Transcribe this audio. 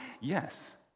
Yes